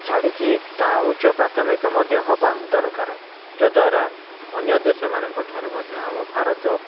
ଛାଡ଼ିକି ତାହା ଉଚ୍ଚ ପ୍ରାଥମିକ ମଧ୍ୟ ହେବା ଦରକାର ଯଦ୍ୱାରା ଅନ୍ୟ ଦେଶମାନଙ୍କଠାରୁ ମଧ୍ୟ ଆମ ଭାରତ